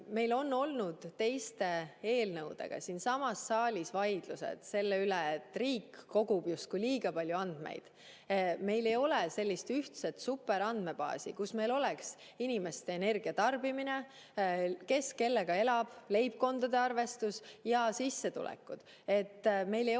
Meil on olnud teiste eelnõude puhul siinsamas saalis vaidlusi selle üle, kas riik ei kogu mitte liiga palju andmeid. Meil ei ole ühtset superandmebaasi, kus oleks kirjas inimeste energiatarbimine, kes kellega elab, leibkondade arvestus ja sissetulekud. Meil ei